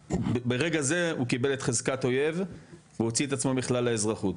ברגע זה הוא קיבל את חזקת אויב והוציא את עצמו מכלל האזרחות.